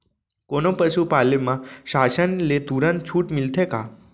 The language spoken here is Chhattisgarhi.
कोनो पसु पाले म शासन ले तुरंत छूट मिलथे का?